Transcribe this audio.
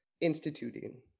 instituting